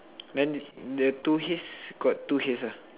then the two heads got two heads ah